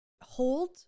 hold